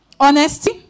Honesty